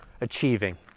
achieving